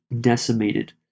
decimated